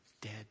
dead